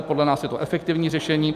Podle nás je to efektivní řešení.